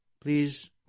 please